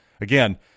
Again